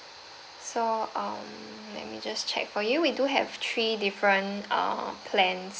so um let me just check for you we do have three different uh plans